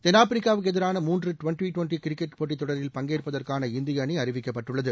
தென்னாப்பிரிக்காவுக்கு எதிரான மூன்று டிவெண்டி டிவெண்டி கிரிக்கெட் போட்டித் தொடரில் பங்கேற்பதற்கான இந்திய அணி அறிவிக்கப்பட்டுள்ளது